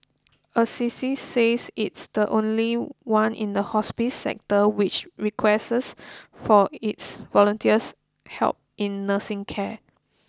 Assisi says it's the only one in the hospice sector which requests for its volunteers help in nursing care